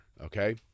Okay